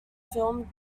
film